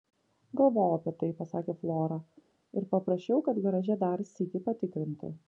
galvojau apie tai pasakė flora ir paprašiau kad garaže dar sykį patikrintų